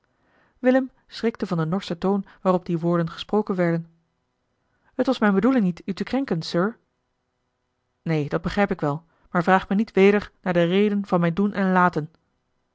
willem schrikte van den norschen toon waarop die woorden gesproken werden t was mijne bedoeling niet u te krenken sir neen dat begrijp ik wel maar vraag me niet weder naar de reden van mijn doen en laten